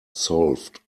solved